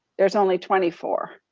there's only twenty four.